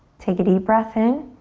take a deep breath in.